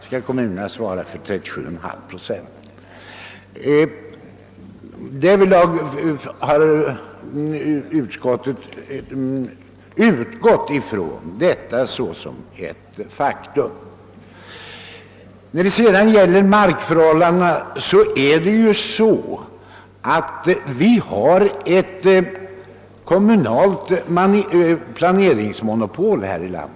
Utskottet har utgått från detta som ett faktum. När det gäller markfrågorna förhåller det sig ju så, att vi har ett kommunalt planeringsmonopol här i landet.